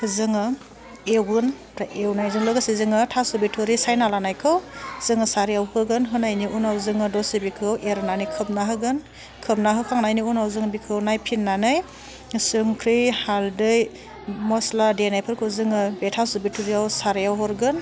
जोङो एवगोन फ्राय एवनायजों लोगोसे जोङो थास' बिथ'रि सायना लानायखौ जोङो सारायाव होगोन होनायनि उनाव जोङो दसे बिखौ एरनानै खोबना होगोन खोबना होखांनायनि उनाव जोङो बेखौ नायफिननानै संख्रि हालदै मस्ला देनायफोरखौ जोङो बे थास' बिथ'रियाव सारायाव हरगोन